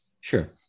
Sure